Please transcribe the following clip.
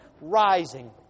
rising